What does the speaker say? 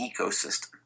ecosystem